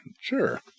Sure